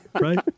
right